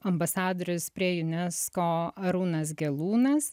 ambasadorius prie unesco arūnas gelūnas